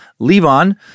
Levon